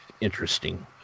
interesting